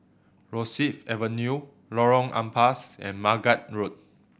Rosyth Avenue Lorong Ampas and Margate Road